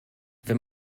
wenn